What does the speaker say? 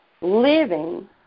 living